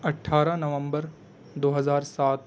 اٹھارہ نومبر دو ہزار سات